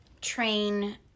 train